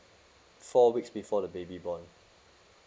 four weeks before the baby born